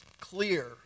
clear